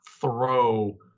throw